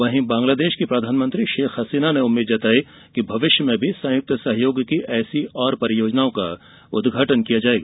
वहीं बांग्लादेश की प्रधानमंत्री शेख हसीना ने उम्मीद जताई कि भविष्य में भी संयुक्त सहयोग की ऐसी ओर परियोजनाओं का उदघाटन किया जाएगा